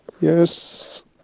Yes